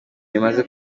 rimaze